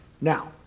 Now